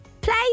play